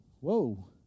Whoa